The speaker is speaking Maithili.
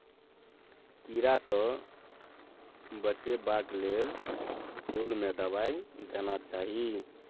कीड़ा सँ बचेबाक लेल फुल में दवाई देना चाही